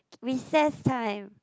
recess time